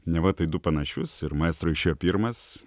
neva tai du panašius ir maestro išėjo pirmas